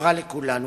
הברורה לכולנו,